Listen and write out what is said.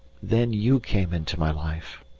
then you came into my life!